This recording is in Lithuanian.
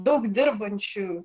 daug dirbančių